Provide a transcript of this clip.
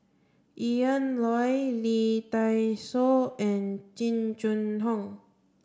Ian Loy Lee Dai Soh and Jing Jun Hong